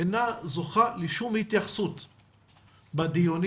אינה זוכה לשום התייחסות בדיונים,